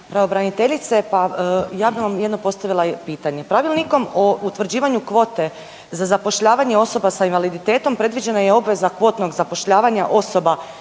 pravobraniteljice, pa ja bi vam jedno postavila pitanje. Pravilnikom o utvrđivanju kvote za zapošljavanje osoba sa invaliditetom predviđena je obveza kvotnog zapošljavanja osoba